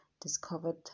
discovered